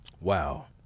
Wow